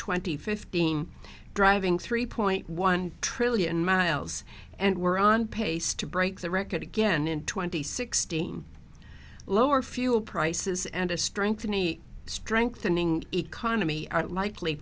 twenty fifteen driving three point one trillion miles and we're on pace to break the record again in twenty sixteen lower for fuel prices and a strengthening strengthening economy are likely